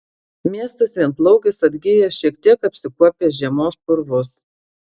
miestas vienplaukis atgijęs šiek tiek apsikuopęs žiemos purvus